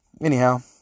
Anyhow